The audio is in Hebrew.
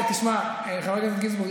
חבר הכנסת גינזבורג,